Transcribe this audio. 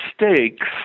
mistakes